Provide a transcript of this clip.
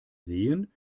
sehen